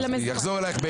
לא יחזור אלייך.